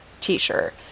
t-shirt